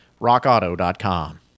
rockauto.com